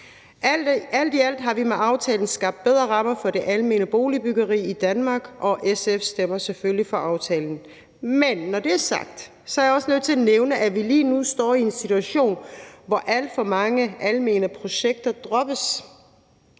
Alt i alt har vi med aftalen skabt bedre rammer for det almene boligbyggeri i Danmark, og SF stemmer selvfølgelig for forslaget. Men når det er sagt, er jeg også nødt til at nævne, at vi lige nu står i en situation, hvor alt for mange almene projekter droppes.